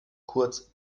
kurz